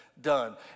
done